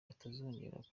batazongera